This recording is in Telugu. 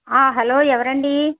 ఆ హలో ఎవరండి